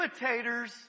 imitators